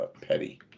petty